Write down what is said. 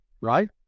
right